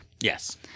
Yes